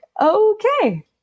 Okay